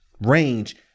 range